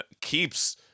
keeps